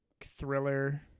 thriller